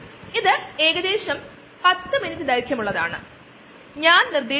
ഇതും നൽകിയിട്ടുണ്ട് അതേ വീഡിയോയിൽ തന്നെ ആണെന്ന് ഞാൻ കരുതുന്നു